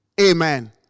Amen